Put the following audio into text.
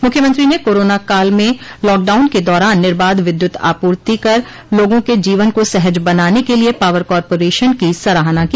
मुख्यमंत्री ने कोरोना काल में लॉकडाउन के दौरान निर्बाध विद्युत आपूर्ति कर लोगों के जीवन को सहज बनाने के लिए पावर कारपोरेशन की सराहना की